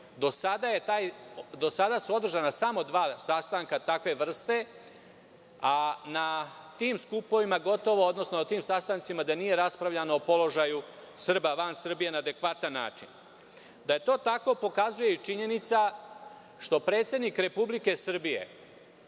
Do sada su održana samo dva sastanka takve vrste, a na tim sastancima gotovo da nije raspravljano o položaju Srba van Srbije na adekvatan način. Da je to tako pokazuje i činjenica što predsednik Republike Srbije